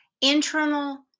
Internal